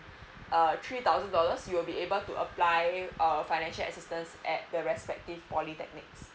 uh three thousand dollars you'll be able to apply uh financial assistance at the respective polytechnic